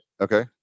Okay